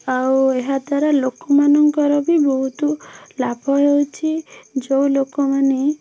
ଆଉ ଏହାଦ୍ୱାରା ଲୋକମାନଙ୍କର ବି ବହୁତ ଲାଭ ହେଉଛି ଯେଉଁ ଲୋକମାନେ